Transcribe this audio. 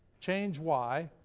change y,